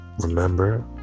remember